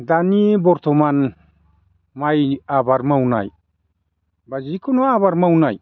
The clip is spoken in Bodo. दानि बरथ'मान माइ आबाद मावनाय बा जिखुनु आबाद मावनाय